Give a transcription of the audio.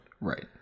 Right